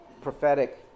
prophetic